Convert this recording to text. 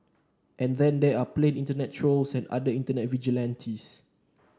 and then there are the plain internet trolls and other internet vigilantes